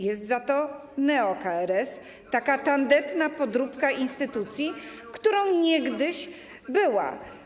Jest za to neo-KRS, taka tandetna podróbka instytucji, którą niegdyś była.